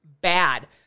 bad